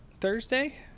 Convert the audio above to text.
Thursday